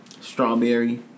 Strawberry